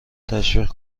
تشویق